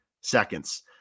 seconds